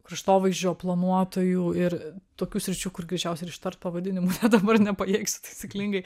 kraštovaizdžio planuotojų ir tokių sričių kur greičiausiai ištart pavadinimų dabar nepajėgsiu taisyklingai